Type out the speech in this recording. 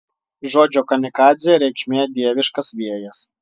žodžio kamikadzė reikšmė dieviškas vėjas